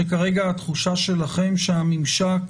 שכרגע התחושה שלכם שהממשק